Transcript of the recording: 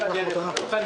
הישיבה ננעלה בשעה